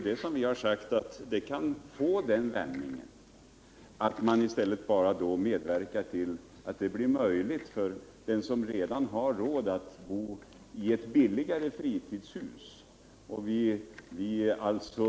Vi har ju sagt att det kan ta den vändningen att man bara medverkar till att det blir möjligt för den som redan har råd att bo i ett fritidshus att bo där billigare.